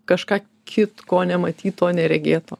kažką kitko nematyto neregėto